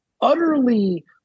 utterly